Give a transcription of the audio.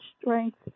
strength